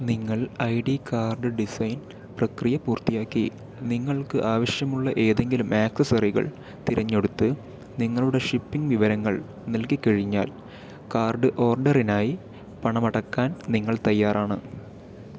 നിങ്ങൾ I D card design പ്രക്രിയ പൂർത്തിയാക്കി നിങ്ങൾക്ക് ആവശ്യമുള്ള ഏതെങ്കിലും ആക്സസറികൾ തിരഞ്ഞെടുത്ത് നിങ്ങളുടെ ഷിപ്പിംഗ് വിവരങ്ങൾ നൽകിക്കഴിഞ്ഞാൽ കാർഡ് ഓർഡറിനായി പണമടയ്ക്കാൻ നിങ്ങൾ തയ്യാറാണ്